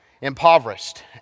impoverished